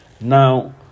Now